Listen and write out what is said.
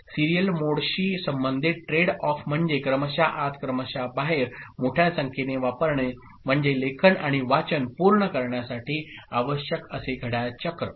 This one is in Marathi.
सिरीयल मोडशी संबंधित ट्रेड ऑफ म्हणजे क्रमशः आत क्रमशः बाहेर मोठ्या संख्येने वापरणे म्हणजे लेखन आणि वाचन पूर्ण करण्यासाठी आवश्यक असे घड्याळ चक्र